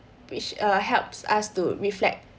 which uh helps us to reflect